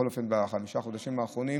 בכל אופן בחמשת החודשים האחרונים,